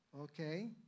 Okay